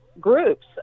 groups